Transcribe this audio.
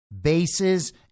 bases